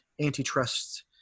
antitrust